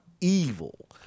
evil